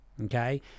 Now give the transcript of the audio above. okay